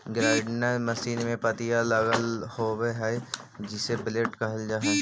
grinder machine में पत्तियाँ लगल होव हई जिसे ब्लेड कहल जा हई